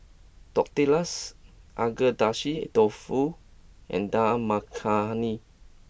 Tortillas Agedashi Dofu and Dal Makhani